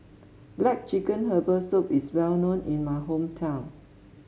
black chicken Herbal Soup is well known in my hometown